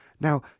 Now